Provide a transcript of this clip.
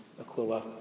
Aquila